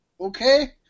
okay